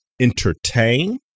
entertain